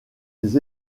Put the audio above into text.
les